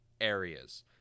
areas